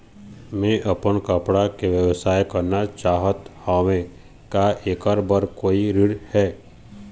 मैं अपन कपड़ा के व्यवसाय करना चाहत हावे का ऐकर बर कोई ऋण हे?